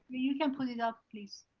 you can put it up please.